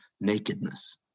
nakedness